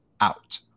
out